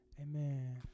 amen